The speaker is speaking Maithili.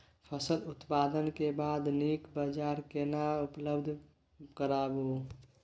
फसल उत्पादन के बाद नीक बाजार केना उपलब्ध कराबै?